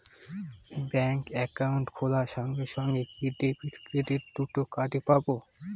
Bank account খোলার সঙ্গে সঙ্গে কি ডেবিট ক্রেডিট দুটো কার্ড পাবো?